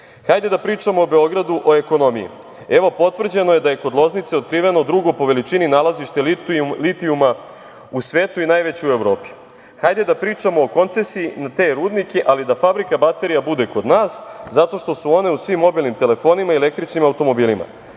Hajde da pričamo o Beogradu, o ekonomiji. Evo, potvrđeno da je kod Loznice otkriveno drugo po veličini nalazište litijuma u svetu i najveće u Evropi. Hajde da pričamo o koncesiji te rudnike, ali da fabrika baterija bude kod nas zato što su one u svim mobilnim telefonima i električnim automobilima.